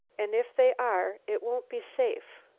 and if they are it won't be safe.